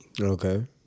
okay